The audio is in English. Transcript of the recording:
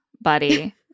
buddy